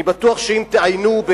אני בטוח שאם תעיינו,